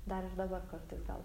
dar ir dabar kartais gal